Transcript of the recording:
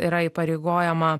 yra įpareigojama